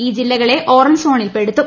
ഈ ജില്ലകളെ ഓറഞ്ച് സോണിൽ പെടുത്തും